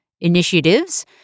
initiatives